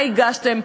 מה הגשתם,